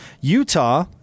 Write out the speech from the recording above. Utah